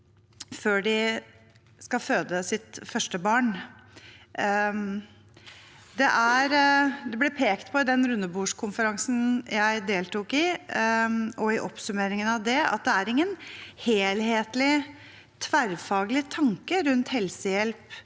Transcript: før de skal føde sitt første barn. Det ble pekt på i den rundebordskonferansen jeg deltok i, og i oppsummeringen av den, at det ikke er noen helhetlig, tverrfaglig tanke rundt helsehjelp